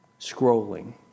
Scrolling